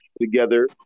together